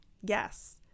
yes